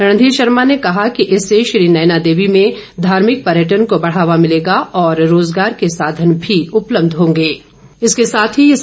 रणघीर शर्मा ने कहा कि इससे श्री नैना देवी में धार्मिक पर्यटन को बढ़ावा मिलेगा और रोजगार के साधन मी उपलब्ध होंगे